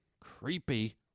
Creepy